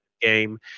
game